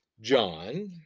John